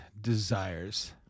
desires